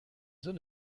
zone